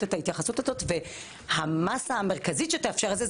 את ההתייחסות הזו והמסה המרכזית שתאפשר את זה,